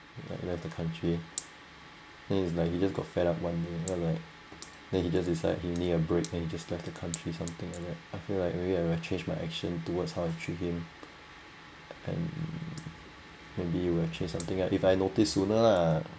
like left the country then it's like he just got fed up one day like then he just decide he need a break and he just left the country something like that I feel like maybe I will changed my action towards how I treat him and maybe it will change something if I notice sooner lah